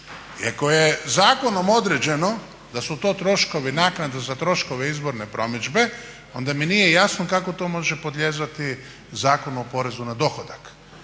I ako je zakonom određeno da su to troškovi naknade za troškove izborne promidžbe onda mi nije jasno kako to može podlijegati Zakonu o porezu na dohodak.